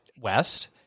west